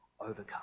overcome